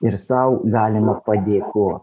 ir sau galima padėkot